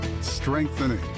strengthening